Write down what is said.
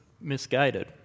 misguided